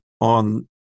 on